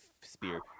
spear